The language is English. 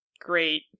great